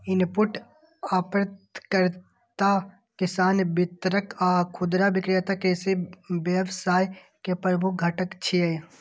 input आपूर्तिकर्ता, किसान, वितरक आ खुदरा विक्रेता कृषि व्यवसाय के प्रमुख घटक छियै